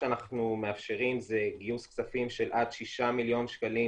שאנחנו מאפשרים זה גיוס כספים של עד שישה מיליון שקלים